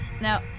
No